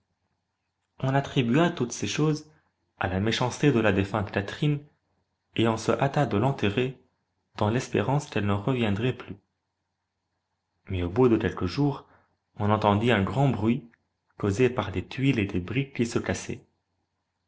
on attribua toutes ces choses à la méchanceté de la défunte catherine et on se hâta de l'enterrer dans l'espérance qu'elle ne reviendrait plus mais au bout de quelques jours on entendit un grand bruit causé par des tuiles et des briques qui se cassaient